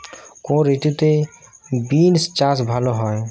কোন ঋতুতে বিন্স চাষ ভালো হয়?